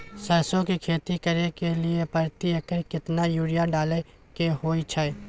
सरसो की खेती करे के लिये प्रति एकर केतना यूरिया डालय के होय हय?